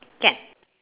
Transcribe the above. can